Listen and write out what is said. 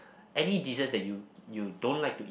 any desserts that you you don't like to